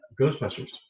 Ghostbusters